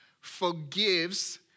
forgives